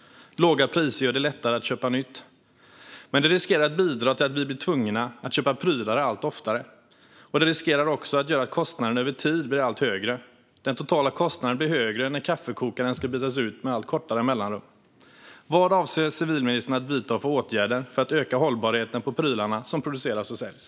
Låga priser gör det lättare att köpa nytt. Men det riskerar att bidra till att vi blir tvungna att köpa prylar allt oftare, och det riskerar också att leda till att kostnaden över tid blir allt högre. Den totala kostnaden blir högre när kaffekokaren ska bytas ut med allt kortare mellanrum. Vad avser civilministern att vidta för åtgärder för att öka hållbarheten på de prylar som produceras och säljs?